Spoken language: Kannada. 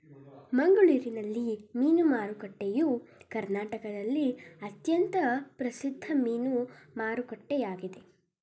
ಮಂಗಳೂರಿನ ಮೀನು ಮಾರುಕಟ್ಟೆಯು ಕರ್ನಾಟಕದಲ್ಲಿ ಅತ್ಯಂತ ಪ್ರಸಿದ್ಧ ಮೀನು ಮಾರುಕಟ್ಟೆಯಾಗಿದೆ